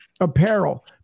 apparel